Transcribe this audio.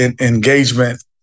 engagement